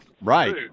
right